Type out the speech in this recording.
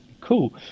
Cool